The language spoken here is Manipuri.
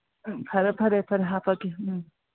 ꯐꯔꯦ ꯐꯔꯦ ꯐꯔꯦ ꯍꯥꯞꯄꯒꯦ ꯎꯝ